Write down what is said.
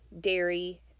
dairy